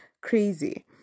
crazy